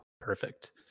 Perfect